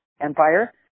Empire